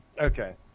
Okay